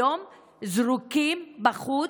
היום זרוקים בחוץ,